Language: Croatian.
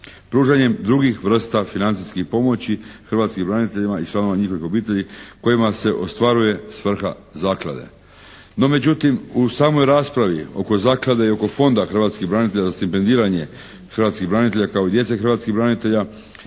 Pružanje drugih vrsta financijskih pomoći hrvatskim braniteljima i članovima njihovih obitelji kojima se ostvaruje svrha Zaklade. No međutim, u samoj raspravi oko Zaklade i oko Fonda hrvatskih branitelja za stipendiranje hrvatskih branitelja kao i djece hrvatskih branitelja